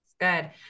Good